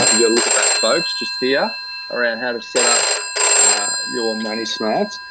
you gotta look at that folks just here around how to set up your money smarts,